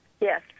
Yes